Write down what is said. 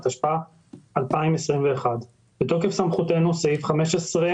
התשע"ח-2018, אחרי תקנה 3